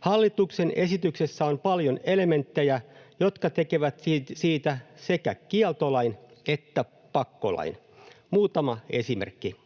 Hallituksen esityksessä on paljon elementtejä, jotka tekevät siitä sekä kieltolain että pakkolain. Muutama esimerkki: